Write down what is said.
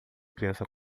criança